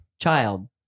child